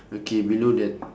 okay below that